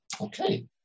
Okay